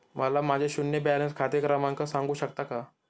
मला माझे शून्य बॅलन्स खाते क्रमांक सांगू शकता का?